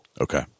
Okay